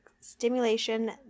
stimulation